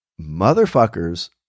motherfuckers